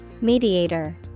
Mediator